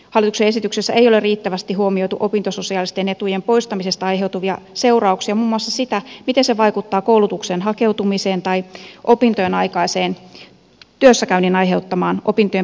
hallituksen esityksessä ei ole riittävästi huomioitu opintososiaalisten etujen poistamisesta aiheutuvia seurauksia muun muassa sitä miten se vaikuttaa koulutukseen hakeutumiseen tai opintojen aikaisen työssäkäynnin aiheuttamaan opintojen pitkittymiseen